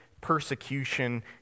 persecution